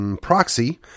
proxy